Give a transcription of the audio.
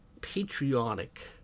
patriotic